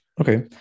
Okay